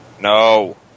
No